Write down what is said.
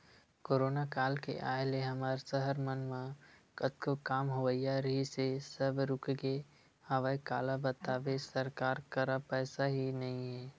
corona काल के आय ले हमर सहर मन म कतको काम होवइया रिहिस हे सब रुकगे हवय काला बताबे सरकार करा पइसा ही नइ ह